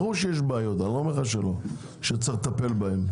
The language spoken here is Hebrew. ברור שיש בעיות שצריך לטפל בהן,